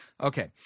Okay